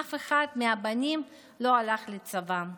אף אחד מהבנים לא הלך לצבא.